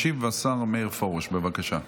ישיב השר מאיר פרוש, בבקשה.